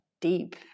deep